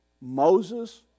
Moses